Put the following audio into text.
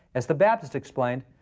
as the baptists explained,